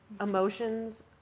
emotions